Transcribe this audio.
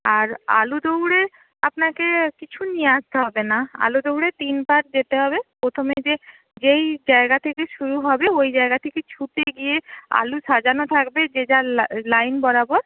আর আলু দৌড়ে আপনাকে কিছুই নিয়ে আসতে হবে না আলু দৌড়ে তিনবার যেতে হবে প্রথমে যে যেই জায়গা থেকে শুরু হবে ওই জায়গা থেকে ছুটে গিয়ে আলু সাজানো থাকবে যে যার লাইন বরাবর